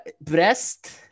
Brest